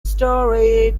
story